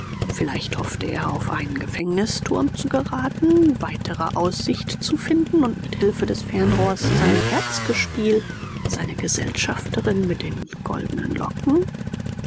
vielleicht hoffte er auf einen gefängnisturm zu geraten weitere aussicht zu finden und mit hilfe des fernrohrs sein herzgespiel seine gesellschafterin mit den goldenen locken